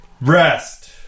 Rest